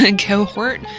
Cohort